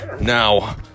Now